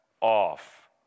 off